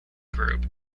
group